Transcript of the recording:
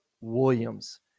Williams